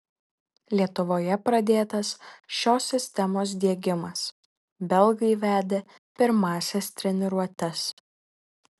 lietuvoje pradėtas šios sistemos diegimas belgai vedė pirmąsias treniruotes